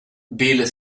bill